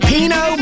Pino